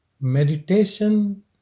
Meditation